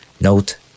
note